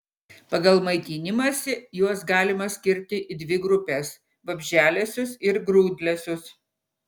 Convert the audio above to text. pagal maitinimąsi juos galima skirti į dvi grupes vabzdžialesius ir grūdlesius